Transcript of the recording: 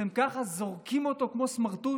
ואתם ככה זורקים אותו כמו סמרטוט?